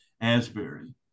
Asbury